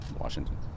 Washington